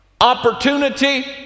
Opportunity